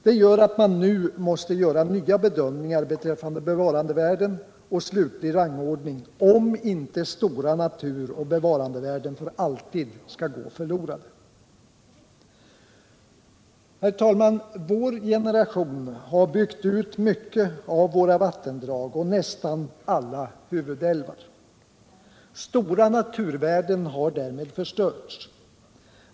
Det gör att man nu måste göra nya bedömningar beträffande bevarandevärden och slutlig rangordning, om inte stora naturoch bevarandevärden för alltid skall gå förlorade. Vår generation har byggt ut många av våra vattendrag och därvid nästan alla huvudälvar. Stora naturvärden har därmed förstörts.